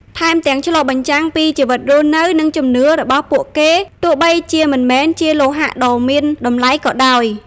ថែមទាំងឆ្លុះបញ្ចាំងពីជីវិតរស់នៅ និងជំនឿរបស់ពួកគេ ទោះបីជាមិនមែនជាលោហៈដ៏មានតម្លៃក៏ដោយ។